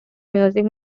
music